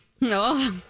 No